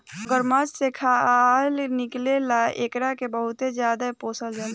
मगरमच्छ से खाल निकले ला एकरा के बहुते ज्यादे पोसल जाला